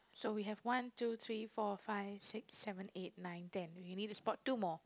so we have one two three four five six seven eight nine ten we need to spot two more